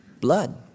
Blood